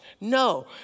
No